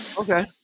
Okay